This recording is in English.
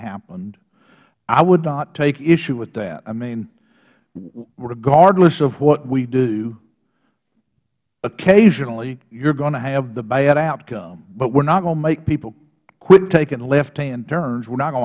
happened i would not take issue with that i mean regardless of what we do occasionally you're going to have the bad outcome but we're not going to make people quit taking lefthand turns we're not going